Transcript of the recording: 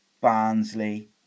Barnsley